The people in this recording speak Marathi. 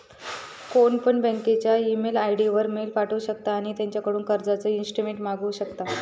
कोणपण बँकेच्या ईमेल आय.डी वर मेल पाठवु शकता आणि त्यांच्याकडून कर्जाचा ईस्टेटमेंट मागवु शकता